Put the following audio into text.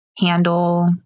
handle